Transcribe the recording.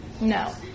No